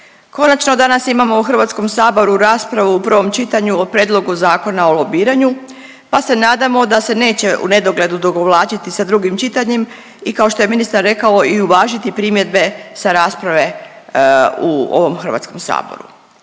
konačno danas imamo u Hrvatskom saboru raspravu u prvom čitanju o Prijedlogu Zakona o lobiranju pa se nadamo da se neće u nedogled odugovlačiti sa drugim čitanjem i kao što je ministar rekao i uvažiti primjedbe sa rasprave u ovom Hrvatskom saboru.